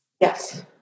Yes